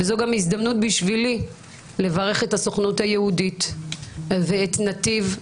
זו גם הזדמנות בשבילי לברך את הסוכנות היהודית ואת נתיב.